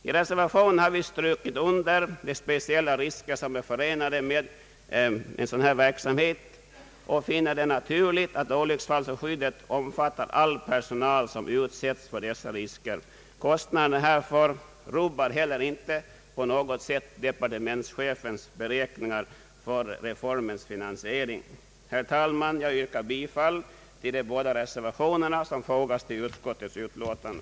I reservationen 1 har vi strukit under de speciella risker som är förenade med sådan verksamhet, och vi finner det naturligt att olycksfallsskyddet omfattar all personal som utsätts för dessa risker. Kostnaderna härför rubbar inte heller på något sätt departementschefens beräkningar för reformens finansiering. Herr talman! Jag yrkar bifall till reservationerna 1 och 2 vid utskottets utlåtande.